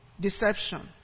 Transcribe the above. Deception